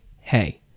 hey